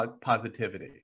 positivity